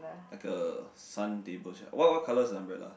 like a sun table what what colour is the umbrella